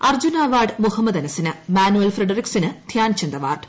Arjuna award Muhammad അനസിന് മാനുവൽ ഫ്രെഡറിക്സിന് Dhyanchand award